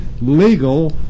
legal